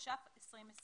התש"ף-2020